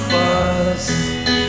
fuss